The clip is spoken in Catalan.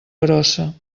grossa